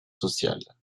sociales